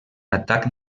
atac